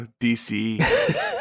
dc